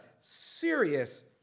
serious